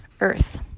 earth